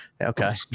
Okay